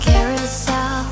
Carousel